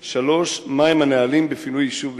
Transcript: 3. מה הם הנהלים בפינוי יישוב בשבת?